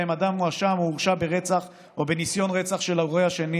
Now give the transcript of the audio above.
שבהם אדם הואשם או הורשע ברצח או בניסיון רצח של ההורה השני